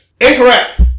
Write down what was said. Incorrect